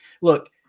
look